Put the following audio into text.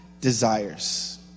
desires